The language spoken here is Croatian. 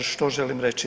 Što želim reći?